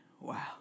Wow